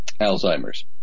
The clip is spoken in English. Alzheimer's